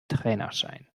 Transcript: trainerschein